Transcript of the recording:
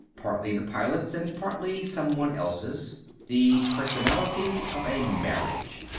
partly the pilot's and partly someone else's the personality of a marriage.